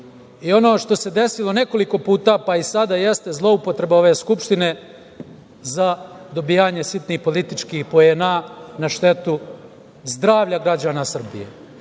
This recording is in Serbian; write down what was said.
Ono što se desilo nekoliko puta, pa i sada jeste zloupotreba ove Skupštine za dobijanje sitnih političkih poena na štetu zdravlja građana Srbije.Za